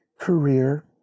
Career